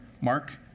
Mark